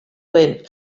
den